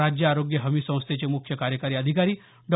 राज्य आरोग्य हमी संस्थेचे म्ख्य कार्यकारी अधिकारी डॉ